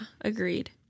Agreed